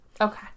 Okay